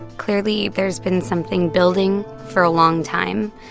clearly, there's been something building for a long time.